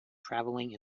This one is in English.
travelling